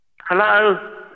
Hello